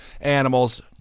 animals